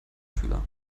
schüler